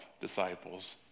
disciples